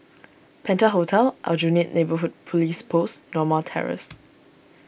Penta Hotel Aljunied Neighbourhood Police Post Norma Terrace